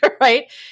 Right